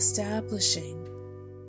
establishing